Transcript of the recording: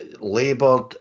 laboured